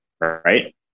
Right